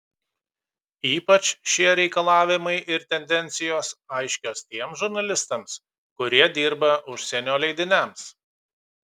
ypač šie reikalavimai ir tendencijos aiškios tiems žurnalistams kurie dirba užsienio leidiniams